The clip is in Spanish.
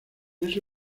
ese